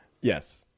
Yes